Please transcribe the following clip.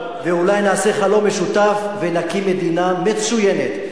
ואולי נעשה חלום משותף ונקים מדינה מצוינת,